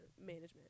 management